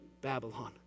Babylon